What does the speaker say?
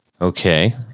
Okay